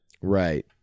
Right